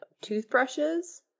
toothbrushes